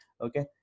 Okay